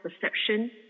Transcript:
perception